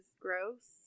gross